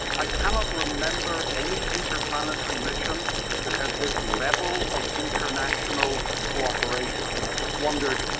i cannot remember any interplanetary mission that has this level of international cooperation. i just wondered,